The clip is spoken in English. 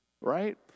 Right